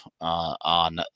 on